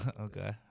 Okay